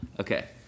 Okay